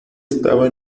estaba